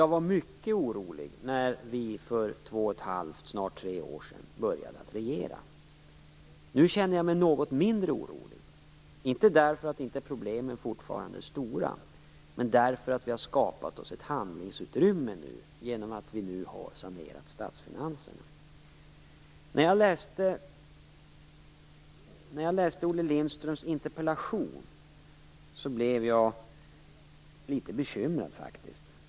Jag var mycket orolig när vi för två och ett halvt, snart tre år sedan började att regera. Nu känner jag mig något mindre orolig, inte därför att inte problemen fortfarande är stora utan därför att vi nu har skapat oss ett handlingsutrymme genom saneringen av statsfinanserna. När jag läste Olle Lindströms interpellation blev jag faktiskt litet bekymrad.